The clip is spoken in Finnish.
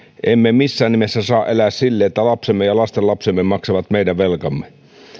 emme missään nimessä saa elää silleen että lapsemme ja lastenlapsemme maksavat meidän velkamme